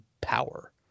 power